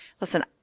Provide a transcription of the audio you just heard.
listen